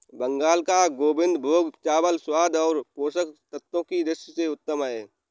बंगाल का गोविंदभोग चावल स्वाद और पोषक तत्वों की दृष्टि से उत्तम है